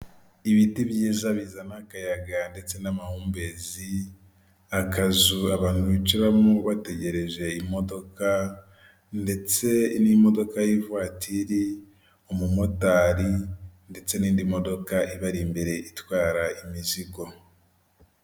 Ibiti byiza bizana akayaga ndetse n'amahumbezi akazura abantu bicaramo bategereje imodoka ndetse n'imodoka y'ivaturi, umumotari ndetse n'indi modoka ibari imbere itwara imizigo.